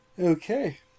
Okay